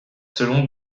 selon